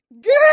good